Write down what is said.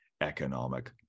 economic